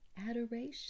adoration